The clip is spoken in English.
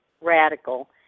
radical